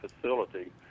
facility